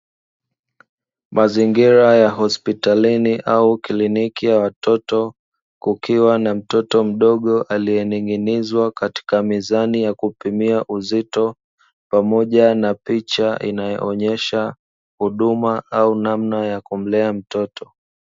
Mazingira ya hospitalini au kliniki ya watoto, kukiwa na mtoto mdogo, aliyening'inizwa katika mizani ya kupimia uzito pamoja na picha unayo onesha huduma au namna ya kumlea mtoto.